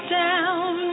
down